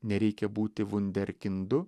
nereikia būti vunderkindu